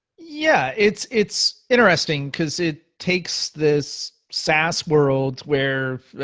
yeah, it's it's interesting. cause it takes this sas world where,